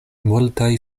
multaj